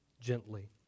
gently